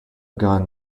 gun